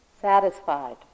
satisfied